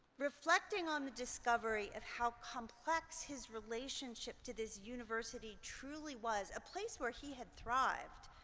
reflecting on the discovery of how complex his relationship to this university truly was a place where he had thrived,